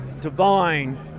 Divine